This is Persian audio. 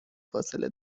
فاصله